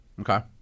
Okay